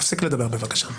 תפסיק לדבר בבקשה.